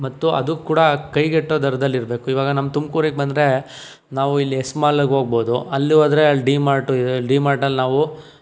ಮತ್ತು ಅದು ಕೂಡ ಕೈಗೆಟುಕೋ ದರದಲ್ಲಿ ಇರಬೇಕು ಇವಾಗ ನಮ್ಮ ತುಮಕೂರಿಗೆ ಬಂದರೆ ನಾವು ಇಲ್ಲಿ ಯಸ್ಮಾಲ್ಗೆ ಹೋಗ್ಬೋದು ಅಲ್ಲಿ ಹೋದ್ರೆ ಅಲ್ಲಿ ಡಿ ಮಾರ್ಟು ಇದೆ ಡಿ ಮಾರ್ಟಲ್ಲಿ ನಾವು